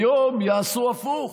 היום יעשו הפוך,